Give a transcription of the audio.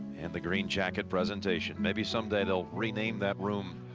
and the green jacket presentation. maybe some day they'll rename that room.